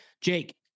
Jake